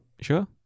Sure